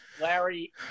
Larry